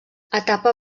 etapa